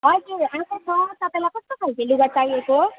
हजुर आएको छ तपाईँलाई कस्तो खाले लुगा चाहिएको हो